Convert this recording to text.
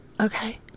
okay